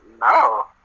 No